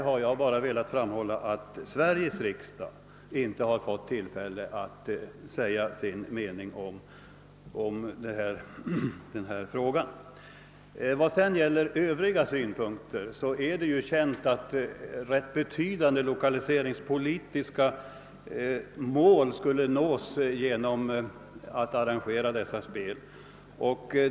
Jag har bara velat framhålla att Sveriges riksdag inte fått tillfälle att säga sin mening i frågan. Vad beträffar övriga synpunkter i detta sammanhang är det ju känt att ganska betydande <lokaliseringspolitiska mål skulle nås, om Östersund finge arrangera vinterspelen.